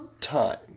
time